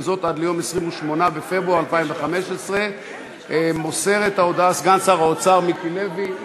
וזאת עד ליום 28 בפברואר 2015. מוסר את ההודעה סגן שר האוצר מיקי לוי,